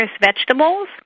vegetables